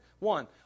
One